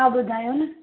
हा ॿुधायो न